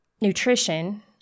nutrition